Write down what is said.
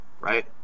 right